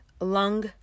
Lung